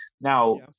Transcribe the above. now